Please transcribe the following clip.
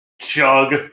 Chug